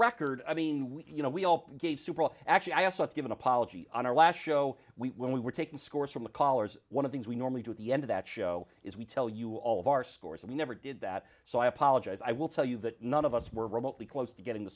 record i mean we you know we all gave super bowl actually i asked not to give an apology on our last show we when we were taking scores from the callers one of things we normally do at the end of that show is we tell you all of our scores and we never did that so i apologize i will tell you that none of us were remotely close to getting the